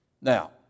Now